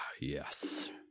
Yes